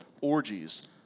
orgies